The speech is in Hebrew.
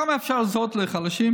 כמה אפשר לעזור לחלשים?